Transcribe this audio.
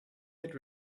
had